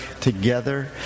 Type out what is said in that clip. together